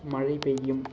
மழை பெய்யும்